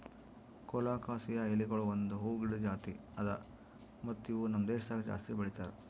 colocasia ಎಲಿಗೊಳ್ ಒಂದ್ ಹೂವು ಗಿಡದ್ ಜಾತಿ ಅದಾ ಮತ್ತ ಇವು ನಮ್ ದೇಶದಾಗ್ ಜಾಸ್ತಿ ಬೆಳೀತಾರ್